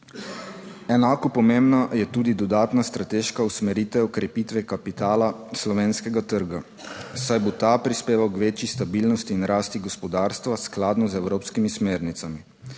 Enako pomembna je tudi dodatna strateška usmeritev krepitve kapitala slovenskega trga, saj bo ta prispeval k večji stabilnosti in rasti gospodarstva skladno z evropskimi smernicami.